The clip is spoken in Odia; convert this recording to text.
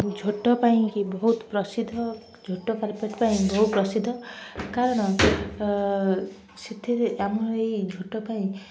ଝୋଟ ପାଇଁକି ବହୁତ ପ୍ରସିଦ୍ଧ ଝୋଟ ବହୁ ପ୍ରସିଦ୍ଧ କାରଣ ସେଥିରେ ଆମର ଏଇ ଝୋଟ ପାଇଁ